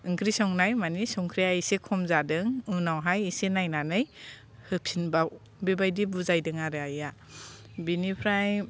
ओंख्रि संनाय मानि संख्रिया एसे खम जादों उनावहाय एसे नायनानै होफिनबाव बेबायदि बुजायदों आरो आइया बिनिफ्राय